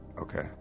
Okay